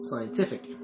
scientific